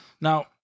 Now